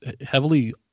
heavily